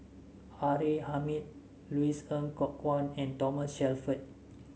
R A Hamid Louis Ng Kok Kwang and Thomas Shelford